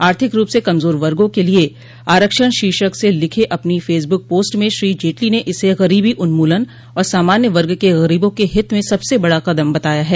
आर्थिक रूप से कमजोर वर्गो के लिए आरक्षण शीर्षक से लिखे अपनी फेसबुक पोस्ट में श्री जेटली ने इसे गरीबी उन्मूलन और सामान्य वर्ग के गरीबों के हित में सबसे बड़ा कदम बताया है